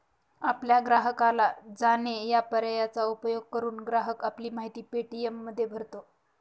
आपल्या ग्राहकाला जाणे या पर्यायाचा उपयोग करून, ग्राहक आपली माहिती पे.टी.एममध्ये भरतो